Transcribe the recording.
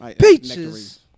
peaches